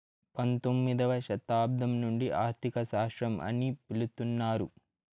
పంతొమ్మిదవ శతాబ్దం నుండి ఆర్థిక శాస్త్రం అని పిలుత్తున్నారు